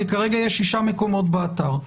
כרגע יש שישה מקומות באתר.